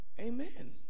Amen